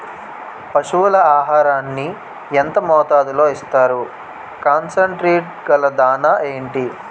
పశువుల ఆహారాన్ని యెంత మోతాదులో ఇస్తారు? కాన్సన్ ట్రీట్ గల దాణ ఏంటి?